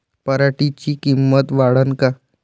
पराटीची किंमत वाढन का?